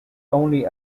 only